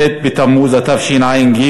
ט' בתמוז התשע"ג,